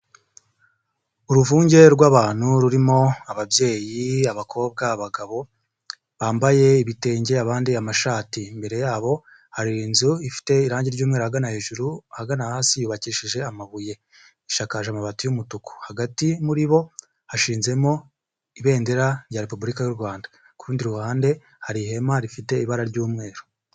Uruvunge rw'abantu rurimo ababyeyi, abakobwa, abagabo bambaye ibitenge abandi amashati, imbere yabo hari inzu ifite irangi ry'umweru ahagana hejuru ahagana hasi yubakishije amabuye ishakaje amabati y'umutuku. Hagati muri bo hashinzemo ibendera rya repubulika y'u Rwanda, ku rundi ruhande hari ihema rifite ibara ry'umweru.